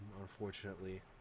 unfortunately